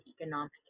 economic